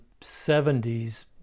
70s